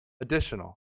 additional